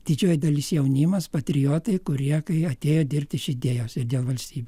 didžioji dalis jaunimas patriotai kurie kai atėjo dirbti iš idėjos ir dėl valstybė